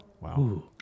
Wow